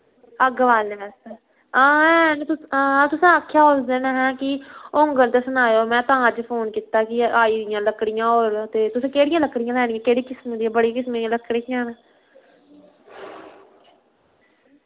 अग्ग बालने वास्तै हां हैन तुस हां तुसैं आक्खेया उसदिन अहैं कि होंगङ ते सनायो मैं तां अज्ज फोन कीत्ता कि आई दियां लकड़ियां और ते तुसैं केह्ड़ियां लकड़ियां लैनियां केह्ड़े किस्म दियां बड़ी किस्म दे लकड़ियां न